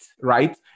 right